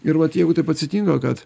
ir vat jeigu taip atsitinka kad